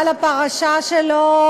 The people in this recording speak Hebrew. אבל הפרשה שלו